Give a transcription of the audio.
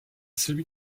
celui